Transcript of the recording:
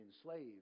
enslaved